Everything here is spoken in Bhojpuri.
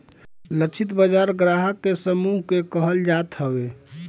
लक्षित बाजार ग्राहक के समूह के कहल जात हवे